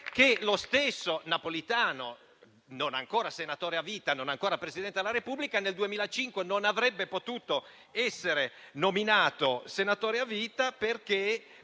che lo stesso Napolitano, non ancora senatore a vita, non ancora Presidente della Repubblica, nel 2005 non avrebbe potuto essere nominato senatore a vita perché